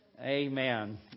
Amen